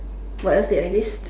what else did I list